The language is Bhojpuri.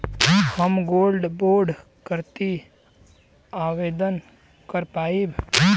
हम गोल्ड बोड करती आवेदन कर पाईब?